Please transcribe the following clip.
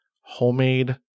homemade